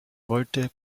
wollte